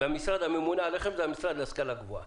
המשרד הממונה עליכם זה המשרד להשכלה גבוהה.